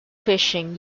fishing